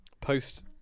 post